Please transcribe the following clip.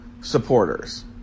supporters